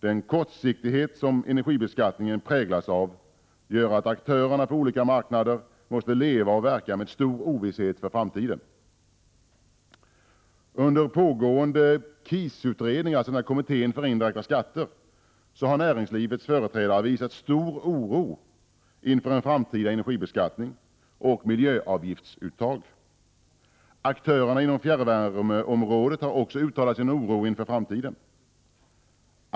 Den kortsiktighet som energibeskattningen präglas av gör att aktörerna på olika marknader måste leva och verka med stor ovisshet om framtiden. Under pågående KIS-utredning, alltså kommittén för indirekta skatter, har näringslivets företrädare visat stor oro inför framtida energibeskattning och miljöavgiftsuttag. Aktörerna inom fjärrvärmeområdet har också uttalat sin oro inför framtiden.